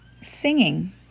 singing